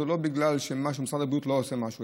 זה לא בגלל שמשרד הבריאות לא עושה משהו,